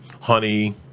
honey